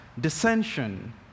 dissension